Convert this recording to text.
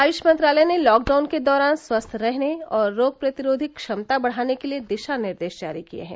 आयुष मंत्रालय ने लॉकडाउन के दौरान स्वस्थ रहने और रोग प्रतिरोधी क्षमता बढ़ाने के लिए दिशा निर्देश जारी किए हैं